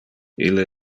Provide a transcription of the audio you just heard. ille